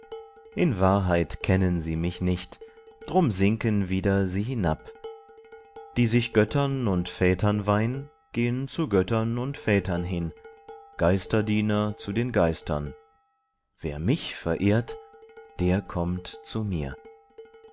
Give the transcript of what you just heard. in wahrheit kennen sie mich nicht drum sinken wieder sie hinab die sich göttern und vätern weihn gehn zu göttern und vätern hin geisterdiener zu den geistern wer mich verehrt der kommt zu mir